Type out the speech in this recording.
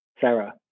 Sarah